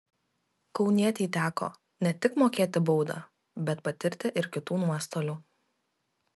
kaunietei teko ne tik mokėti baudą bet patirti ir kitų nuostolių